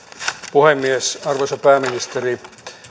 puhemies arvoisa pääministeri